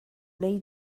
wnei